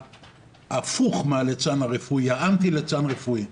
ההפוך מהליצן הרפואי, האנטי ליצן רפואי,